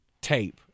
tape